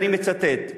ואני מצטט: